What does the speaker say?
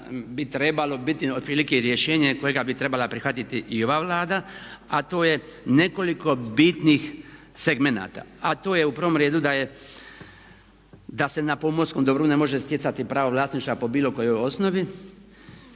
bi trebalo biti otprilike rješenje kojega bi trebala prihvatiti i ova Vlada, a to je nekoliko bitnih segmenata, a to je u prvom redu da se na pomorskom dobru ne može stjecati pravo vlasništva po bilo kojoj osnovi,